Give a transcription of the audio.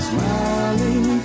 Smiling